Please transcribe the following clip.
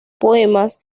poemas